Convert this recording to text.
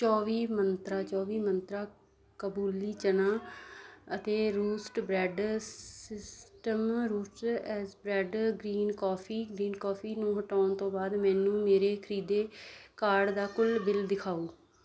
ਚੌਵੀ ਮੰਤਰਾ ਚੌਵੀ ਮੰਤਰਾ ਕਬੁਲੀ ਚਨਾ ਅਤੇ ਰੂਸਟ ਬ੍ਰੈਡ ਸਿਸਟਮ ਰੂਟਸ ਐਸ bread green coffee green coffee ਨੂੰ ਹਟਾਉਣ ਤੋਂ ਬਾਅਦ ਮੈਨੂੰ ਮੇਰੇ ਖਰੀਦੇ ਕਾਰਟ ਦਾ ਕੁੱਲ ਬਿੱਲ ਦਿਖਾਓ